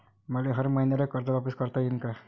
मले हर मईन्याले कर्ज वापिस करता येईन का?